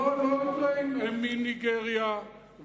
לא, לא, הם מניגריה ומליבריה.